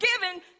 given